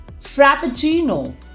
Frappuccino